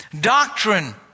doctrine